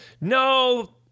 No